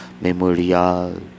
memorial